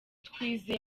twizeye